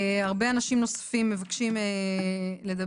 הרבה אנשים נוספים מבקשים לדבר.